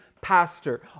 pastor